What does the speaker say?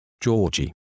Georgie